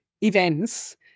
events